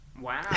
Wow